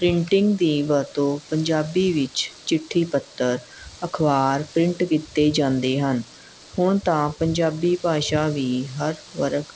printing ਦੀ ਵਰਤੋਂ ਪੰਜਾਬੀ ਵਿੱਚ ਚਿੱਠੀ ਪੱਤਰ ਅਖਬਾਰ ਪ੍ਰਿੰਟ ਕੀਤੇ ਜਾਂਦੇ ਹਨ ਹੁਣ ਤਾਂ ਪੰਜਾਬੀ ਭਾਸ਼ਾ ਵੀ ਹਰ ਵਰਗ